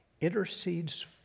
intercedes